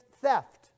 theft